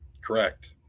Correct